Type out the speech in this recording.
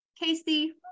Casey